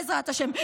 בעזרת השם.